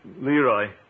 Leroy